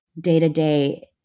day-to-day